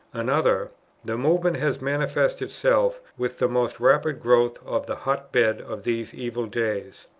another the movement has manifested itself with the most rapid growth of the hot-bed of these evil days.